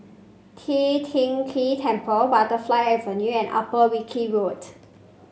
Tian Teck Keng Temple Butterfly Avenue and Upper Wilkie Road